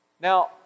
Now